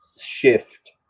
shift